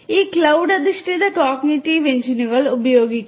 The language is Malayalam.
ഈ ക്ലൌഡ് അധിഷ്ഠിത കോഗ്നിറ്റീവ് എഞ്ചിനുകൾ ഉപയോഗിക്കുന്നു